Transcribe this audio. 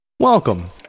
Welcome